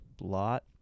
lot